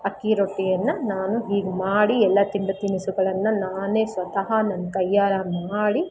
ಅಕ್ಕಿ ರೊಟ್ಟಿಯನ್ನು ನಾನು ಹೀಗೆ ಮಾಡಿ ಎಲ್ಲಾ ತಿಂಡಿ ತಿನಿಸುಗಳನ್ನು ನಾನೇ ಸ್ವತಹ ನನ್ನ ಕೈಯಾರೆ ಮಾಡಿ